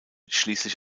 schließlich